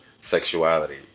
sexuality